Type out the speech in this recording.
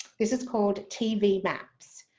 this is called tv maps,